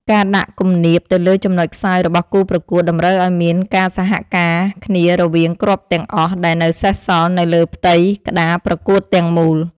ការដាក់គំនាបទៅលើចំណុចខ្សោយរបស់គូប្រកួតតម្រូវឱ្យមានការសហការគ្នារវាងគ្រាប់ទាំងអស់ដែលនៅសេសសល់នៅលើផ្ទៃក្តារប្រកួតទាំងមូល។